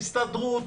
ההסתדרות,